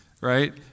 right